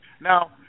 Now